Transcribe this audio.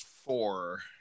Four